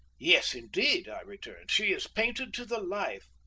yes, indeed, i returned she is painted to the life.